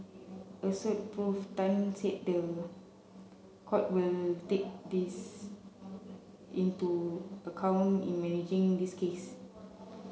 Assoc Prof Tan said the court will take this into account in managing this case